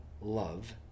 love